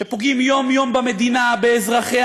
כן, יש התנגדות גם באוצר.